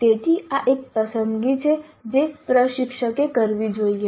તેથી આ એક પસંદગી છે જે પ્રશિક્ષકે કરવી જોઈએ